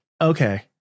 okay